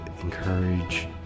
encourage